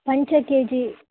पञ्च के जि